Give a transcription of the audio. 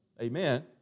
Amen